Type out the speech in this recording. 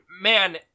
man